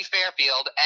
Fairfield